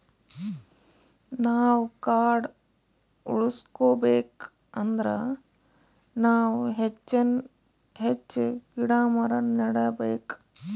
ನಾವ್ ಕಾಡ್ ಉಳ್ಸ್ಕೊಬೇಕ್ ಅಂದ್ರ ನಾವ್ ಹೆಚ್ಚಾನ್ ಹೆಚ್ಚ್ ಗಿಡ ಮರ ನೆಡಬೇಕ್